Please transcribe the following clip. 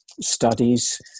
studies